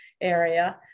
area